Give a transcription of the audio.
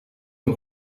een